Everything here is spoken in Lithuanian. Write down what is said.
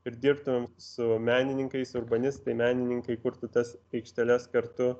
ir dirbtumėm su menininkais urbanistai menininkai kurtų tas aikšteles kartu